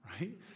right